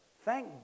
Thank